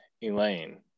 Elaine